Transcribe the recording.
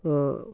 অ'